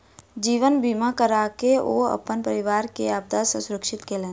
जीवन बीमा कराके ओ अपन परिवार के आपदा सॅ सुरक्षित केलैन